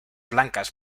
blancas